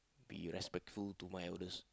be respectful to my elders